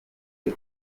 uri